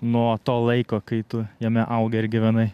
nuo to laiko kai tu jame augai ir gyvenai